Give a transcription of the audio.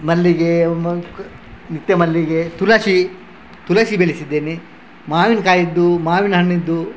ಮಲ್ಲಿಗೆ ಮೊಗ್ಗು ನಿತ್ಯ ಮಲ್ಲಿಗೆ ತುಳಸಿ ತುಳಸಿ ಬೆಳೆಸಿದ್ದೇನೆ ಮಾವಿನಕಾಯಿದ್ದು ಮಾವಿನ ಹಣ್ಣಿಂದು